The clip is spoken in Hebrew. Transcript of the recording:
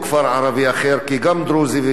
כי גם דרוזי וגם ערבי אחר,